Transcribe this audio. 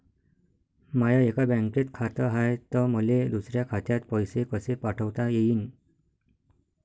माय एका बँकेत खात हाय, त मले दुसऱ्या खात्यात पैसे कसे पाठवता येईन?